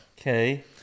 Okay